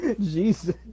Jesus